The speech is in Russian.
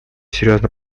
серьезно